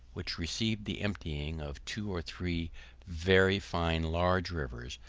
which received the emptying of two or three very fine large rivers,